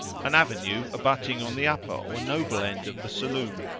an avenue abutting on the upper or noble end of the saloon,